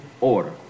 order